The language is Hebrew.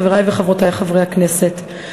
חברי וחברותי חברי הכנסת,